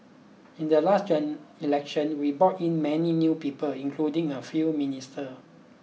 in the last General Election we brought in many new people including a few minister